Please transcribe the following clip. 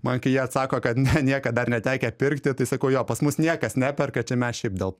man kai jie atsako kad ne niekad dar netekę pirkti tai sakau jo pas mus niekas neperka čia mes šiaip dėl